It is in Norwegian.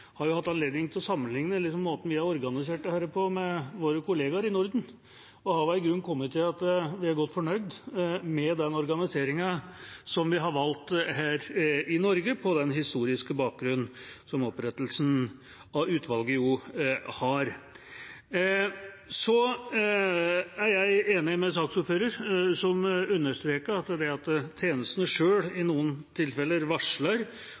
har organisert dette på, med hvordan våre kollegaer i Norden gjør det, og vi har i grunnen kommet til at vi er godt fornøyd med den organiseringen som vi har valgt her i Norge, med den historiske bakgrunnen som opprettelsen av utvalget har. Jeg er enig med saksordføreren, som understreket at det er et positivt trekk at tjenestene selv i noen tilfeller varsler